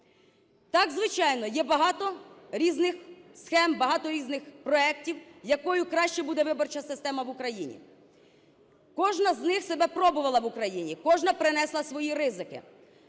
Так, звичайно, є багато різних схем, багато різних проектів, якою краще буде виборча система в Україні. Кожна з них себе пробувала в Україні, кожна принесла свої ризики.